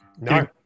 no